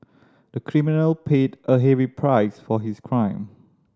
the criminal paid a heavy price for his crime